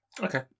Okay